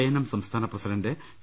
N M സംസ്ഥാന president T